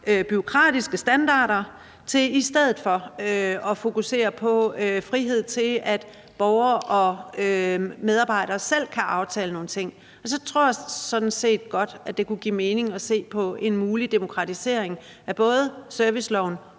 bureaukratiske standarder til i stedet for at fokusere på frihed til, at borgere og medarbejdere selv kan aftale nogle ting. Og så tror jeg sådan set godt, at det kunne give mening at se på en mulig demokratisering af både serviceloven